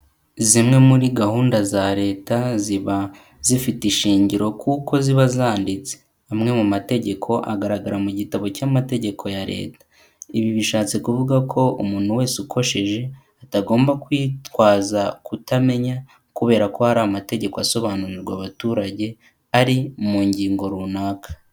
Zimwe muri gahunda za Leta ziba zifite ishingiro kuko ziba zanditse. Amwe mu mategeko agaragara mu gitabo cy'amategeko ya Leta. Ibi bishatse kuvuga ko umuntu wese ukosheje atagomba kwitwaza kutamenya kubera ko hari amategeko asobanurirwa abaturage ari mu ngingo runaka.